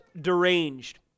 deranged